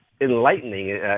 enlightening